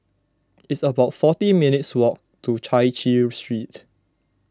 it's about forty minutes' walk to Chai Chee Street